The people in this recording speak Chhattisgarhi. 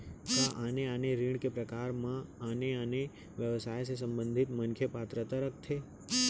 का आने आने ऋण के प्रकार म आने आने व्यवसाय से संबंधित मनखे पात्रता रखथे?